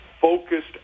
focused